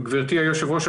גברתי היושבת ראש,